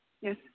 yes